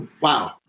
wow